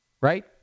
right